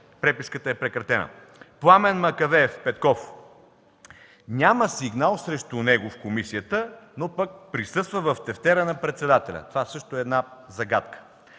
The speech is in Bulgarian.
преписката е прекратена. - Пламен Макавеев Петков. Няма сигнал срещу него в комисията, но пък присъства в тефтера на председателя – това също е една загадка.